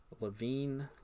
Levine